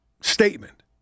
statement